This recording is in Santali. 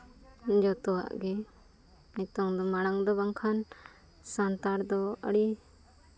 ᱡᱚᱛᱚᱣᱟᱜ ᱜᱮ ᱱᱤᱛᱚᱝ ᱫᱚ ᱢᱟᱲᱟᱝ ᱫᱚ ᱵᱟᱝᱠᱷᱟᱱ ᱥᱟᱱᱛᱟᱲ ᱫᱚ ᱟᱹᱰᱤ